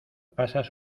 pasas